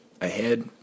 ahead